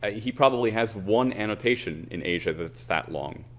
ah he probably has one annotation in asia that's that long.